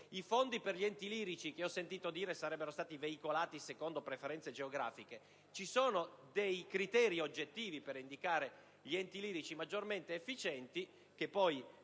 i fondi per gli enti lirici sarebbero stati veicolati secondo preferenze geografiche. Ricordo che ci sono dei criteri oggettivi per indicare gli enti lirici maggiormente efficienti: che poi